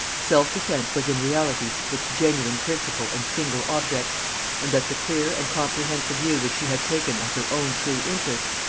self-defence was in reality its genuine principle and single object and that the clear and comprehensive view which she had taken of her own true interests,